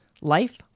Life